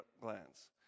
glands